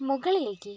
മുകളിലേക്ക്